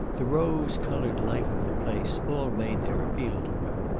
the rose-coloured life of the place, all made their appeal to him.